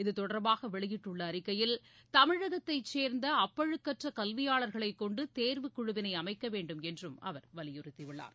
இதுதொடர்பாக வெளியிட்டுள்ள அறிக்கையில் தமிழகத்தை சேர்ந்த அப்பழுக்கற்ற கல்வியாளர்களை கொண்டு தேர்வுக்குழுவினை அமைக்கவேண்டும் என்றும் வலியுறுத்தி உள்ளார்